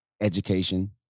education